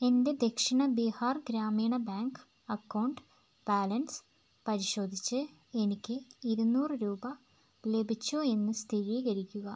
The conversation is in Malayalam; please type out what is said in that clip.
എൻ്റെ Dakshin Bihar Gramin bank account balance പരിശോധിച്ച് എനിക്ക് ഇരുനൂറ് രൂപ ലഭിച്ചോ എന്ന് സ്ഥിരീകരിക്കുക